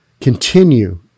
continue